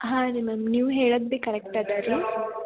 ಹಾಂ ರೀ ಮ್ಯಾಮ್ ನೀವು ಹೇಳಿದ್ದೆ ಕರೆಕ್ಟ್ ಇದೇರೀ